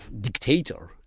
dictator